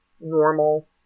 normal